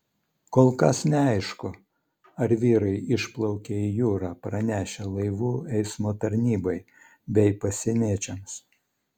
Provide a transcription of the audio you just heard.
kol kas neaišku ar vyrai išplaukė į jūrą pranešę laivų eismo tarnybai bei pasieniečiams